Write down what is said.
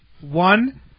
one